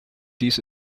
dies